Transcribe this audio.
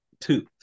Two